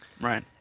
Right